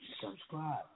Subscribe